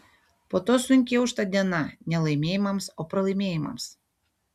po to sunkiai aušta diena ne laimėjimams o pralaimėjimams